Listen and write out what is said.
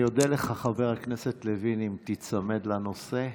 לך, חבר הכנסת לוין, אם תיצמד לנושא.